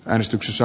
äänestyksessä